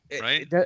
right